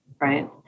right